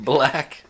Black